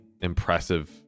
impressive